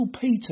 Peter